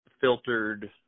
Filtered